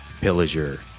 Pillager